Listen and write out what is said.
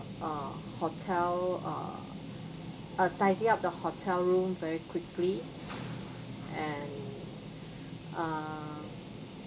uh hotel uh uh tidy up the hotel room very quickly and err